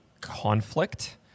conflict